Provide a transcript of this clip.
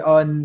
on